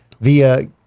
via